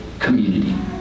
community